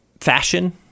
fashion